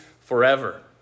forever